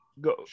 go